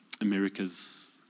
America's